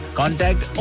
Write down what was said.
contact